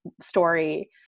story